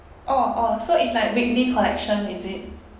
orh orh so it's like weekly collection is it